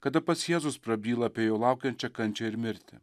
kada pats jėzus prabyla apie jo laukiančią kančią ir mirtį